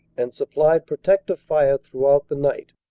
and sup plied protective fire throughout the night.